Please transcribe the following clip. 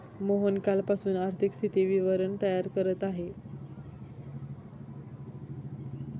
मोहन कालपासून आर्थिक स्थिती विवरण तयार करत आहे